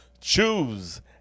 choose